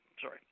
Sorry